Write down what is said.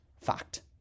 fact